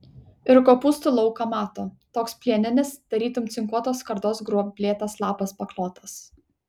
ir kopūstų lauką mato toks plieninis tarytum cinkuotos skardos gruoblėtas lapas paklotas